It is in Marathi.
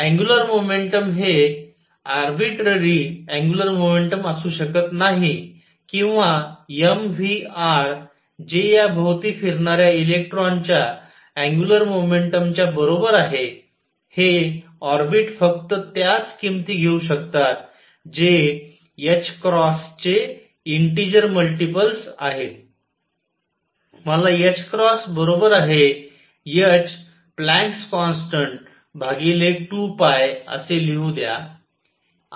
अंगुलर मोमेंटम हे आर्बिट्ररी अंगुलर मोमेंटम असू शकत नाही किंवा mvr जे या भोवती फिरणाऱ्या इलेक्ट्रॉनच्या अंगुलर मोमेंटम च्या बरोबर आहे हे ऑर्बिट फक्त त्याच किमती घेऊ शकतात जे चे इंटीजर मल्टिपल्स आहेत मला बरोबर आहे h प्लँक्स कॉन्स्टन्ट भागिले 2 असे लिहू द्या